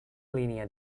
línia